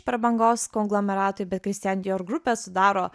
prabangos konglomeratui bet christian dior grupę sudaro